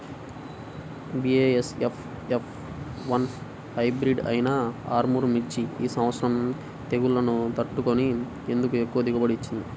BASF F one hybrid అయినా ఆర్ముర్ మిర్చి ఈ సంవత్సరం తెగుళ్లును తట్టుకొని ఎందుకు ఎక్కువ దిగుబడి ఇచ్చింది?